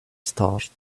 start